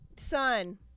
son